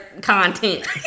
content